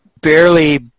barely